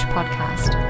Podcast